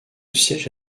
siège